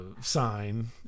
Sign